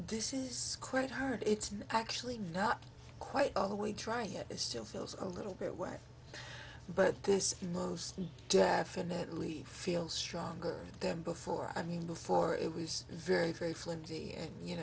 this is quite hard it's actually not quite all the way trying it still feels a little bit wet but this definitely feels stronger than before i mean before it was very very flimsy and you